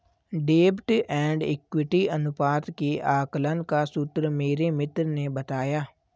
डेब्ट and equity अनुपात के आकलन का सूत्र मेरे मित्र ने बताया